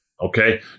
Okay